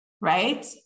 right